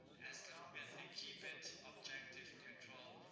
as long as they keep it objective, neutral,